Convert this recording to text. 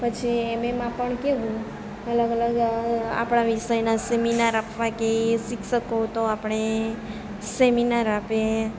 પછી એમએમાં પણ કેવું અલગ અલગ આપણા વિષયના સેમિનાર આપવા કે શિક્ષક તો આપણે સેમિનાર આપે